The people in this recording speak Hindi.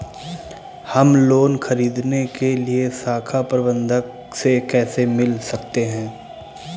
हम लोन ख़रीदने के लिए शाखा प्रबंधक से कैसे मिल सकते हैं?